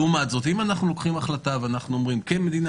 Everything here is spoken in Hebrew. לעומת זאת, אם אנחנו לוקחים החלטה ואומרים כמדינה